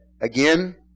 again